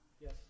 Yes